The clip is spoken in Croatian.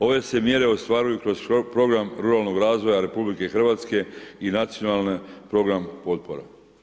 Ove se mjere ostvaruju kroz svoj program ruralnog razvoja RH i nacionalnog programa potpora.